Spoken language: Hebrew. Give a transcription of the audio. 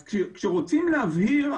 כשרוצים להבהיר,